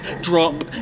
drop